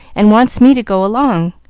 and wants me to go along.